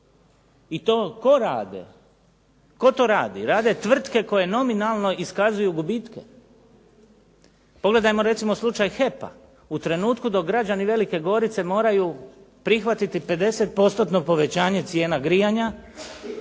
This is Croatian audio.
i to tko rade? Tko to radi? Rade tvrtke koje nominalno iskazuju gubitke. Pogledajmo recimo slučaj HEP-a. U trenutku dok građani Velike Gorice moraju prihvatiti 50%-tno povećanje cijena grijanja,